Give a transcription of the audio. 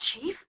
Chief